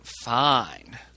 fine